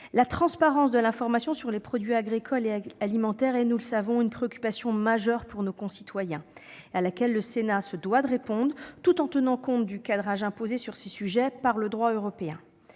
La transparence de l'information sur les produits agricoles et alimentaires constitue, nous le savons, une préoccupation majeure pour nos citoyens, à laquelle le Sénat se doit de répondre, tout en tenant compte du cadrage imposé, sur ces sujets, par le droit européen.